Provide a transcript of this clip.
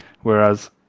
Whereas